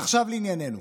עכשיו לענייננו.